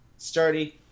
Sturdy